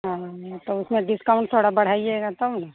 हाँ तो उसमें डिस्काउंट थोड़ा बढ़ाइएगा तब ना